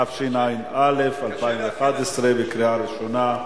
התשע"א 2011, בקריאה ראשונה.